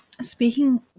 speaking